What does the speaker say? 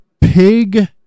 Pig